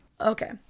okay